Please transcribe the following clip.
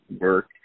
work